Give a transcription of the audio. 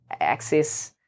access